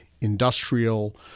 industrial